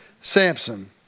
Samson